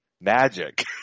magic